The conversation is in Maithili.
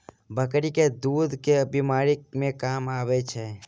बकरी केँ दुध केँ बीमारी मे काम आबै छै?